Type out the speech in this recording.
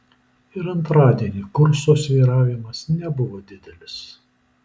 ir antradienį kurso svyravimas nebuvo didelis